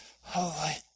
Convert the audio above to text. holy